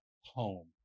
home